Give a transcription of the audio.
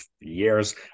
years